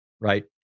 right